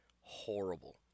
horrible